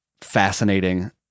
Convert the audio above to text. fascinating